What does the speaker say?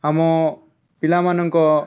ଆମ ପିଲାମାନଙ୍କ